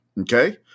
okay